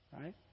right